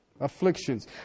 Afflictions